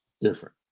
different